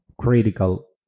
critical